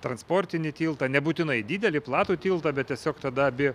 transportinį tiltą nebūtinai didelį platų tiltą bet tiesiog tada abi